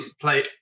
play